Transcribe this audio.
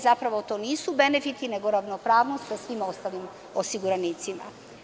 Zapravo, to nisu benefiti nego ravnopravnost sa svim ostalim osiguranicima.